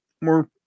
more